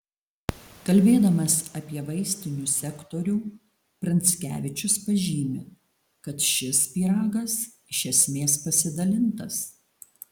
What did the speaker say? kalbėdamas apie vaistinių sektorių pranckevičius pažymi kad šis pyragas iš esmės pasidalintas